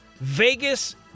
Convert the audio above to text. Vegas